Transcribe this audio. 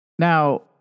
Now